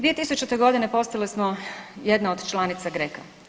2000. godine postali smo jedna od članica GREK-a.